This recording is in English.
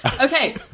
okay